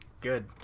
Good